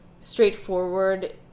straightforward